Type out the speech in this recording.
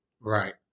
Right